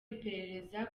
iperereza